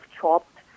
chopped